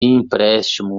empréstimo